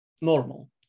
normal